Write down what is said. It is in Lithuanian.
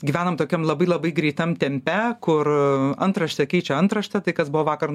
gyvenam tokiam labai labai greitam tempe kur antraštė keičia antraštę tai kas buvo vakar